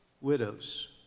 Widows